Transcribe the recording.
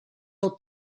del